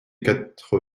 quatre